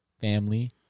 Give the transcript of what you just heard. family